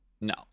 No